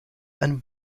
and